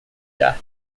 death